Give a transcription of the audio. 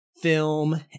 film